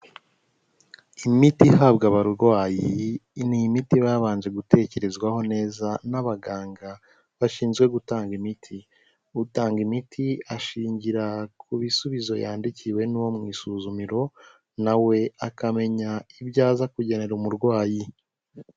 Imiti ihabwa abarwayi ni imiti iba yabanje gutekerezwaho neza n'abaganga bashinzwe gutanga imiti, utanga imiti ashingira ku bisubizo yandikiwe n'uwo mu isuzumiro, na we akamenya ibyo aza kugenera umurwayi.